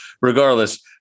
regardless